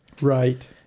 right